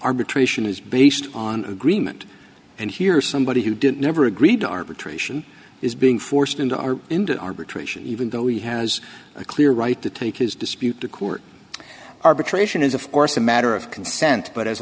arbitration is based on agreement and here's somebody who didn't never agreed to arbitration is being forced into or into arbitration even though he has a clear right to take his dispute to court arbitration is of course a matter of consent but as